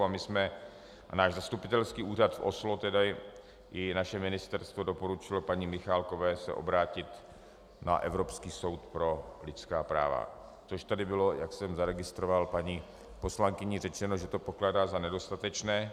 A náš zastupitelský úřad v Oslo i naše ministerstvo doporučilo paní Michálkové obrátit se na Evropský soud pro lidská práva, což tady bylo, jak jsem zaregistroval, paní poslankyní řečeno, že to pokládá za nedostatečné.